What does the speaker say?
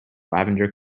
lavender